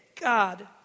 God